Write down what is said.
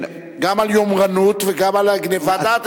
גם על יומרנות וגם על גנבת דעת,